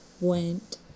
went